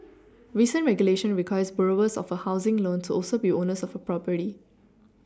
recent regulation requires borrowers of a housing loan to also be owners of a property